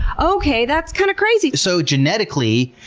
okay, that's kind of crazy! so genetically,